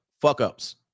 fuck-ups